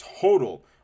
total